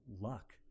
luck